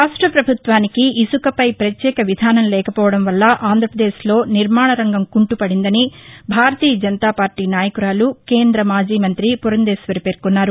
రాష్టపభుత్వానికి ఇసుకపై పత్యేక విధానం లేకపోవడం వల్ల ఆంధ్రప్రదేశ్లో నిర్మాణ రంగం కుంటుపడిందని భారతీయ జనతాపార్టీ నాయకురాలు కేంద మాజీ మంతి పురంధేశ్వరి పేర్కొన్నారు